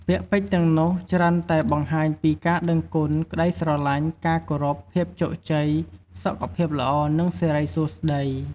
ពាក្យពេចន៍ទាំងនោះច្រើនតែបង្ហាញពី ការដឹងគុណ ក្តីស្រឡាញ់ ការគោរព ភាពជោគជ័យ សុខភាពល្អ និងសិរីសួស្តី។